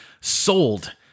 sold